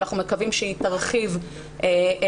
ואנחנו מקווים שהיא תרחיב ותנגיש,